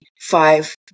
five